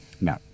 No